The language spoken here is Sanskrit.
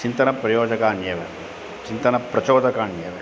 चिन्तनप्रयोजकान्येव चिन्तनप्रचोदकान्येव